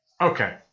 okay